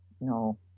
no